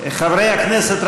חברי הכנסת,